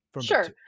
Sure